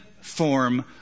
form